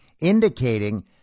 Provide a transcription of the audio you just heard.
indicating